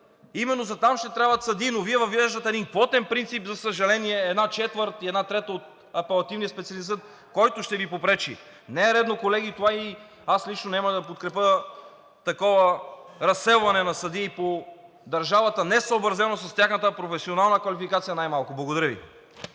Именно за там ще трябват съдии, но Вие въвеждате един квотен принцип, за съжаление, една четвърт и една трета от Апелативния специализиран съд, който ще ни попречи. Не е редно, колеги, това и аз лично няма да подкрепя такова разселване на съдии по държавата, най-малкото несъобразено с тяхната професионална квалификация. Благодаря Ви.